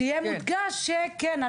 שיהיה מודגש שאנחנו לא הראשונים.